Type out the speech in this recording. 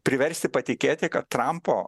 priversti patikėti kad trampo